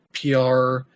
PR